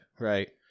right